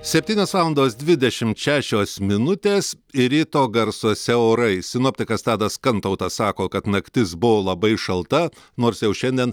septynios valandos dvidešimt šešios minutės ir ryto garsuose orai sinoptikas tadas kantautas sako kad naktis buvo labai šalta nors jau šiandien